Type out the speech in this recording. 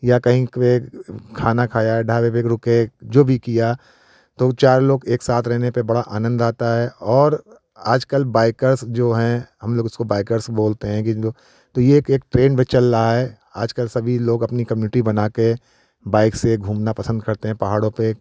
या कहीं पे खाना खाया ढाबे पे रुके जो भी किया तो चार लोग एक साथ रहने पे बड़ा आनंद आता है और आजकल बाइकर्स जो हैं हम लोग इसको बाइकर्स बोलते हैं एक इनको तो ये एक एक ट्रेंड चल रहा है आजकल सभी लोग अपनी कम्यूनिटी बना के बाइक से घूमना पसंद करते हैं पहाड़ों पे